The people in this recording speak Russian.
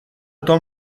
том